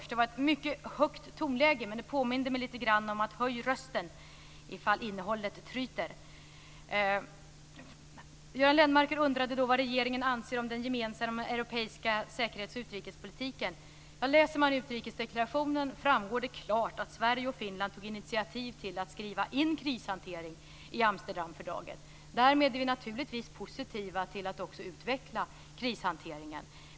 Det var ett mycket högt tonläge, men det påminde mig lite grann om att man höjer rösten ifall innehållet tryter! Göran Lennmarker undrade vad regeringen anser om den gemensamma europeiska säkerhets och utrikespolitiken. Läser man utrikesdeklarationen framgår det klart att Sverige och Finland tog initiativ till att skriva in krishantering i Amsterdamfördraget. Därmed är vi naturligtvis positiva till att också utveckla krishanteringen.